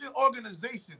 organization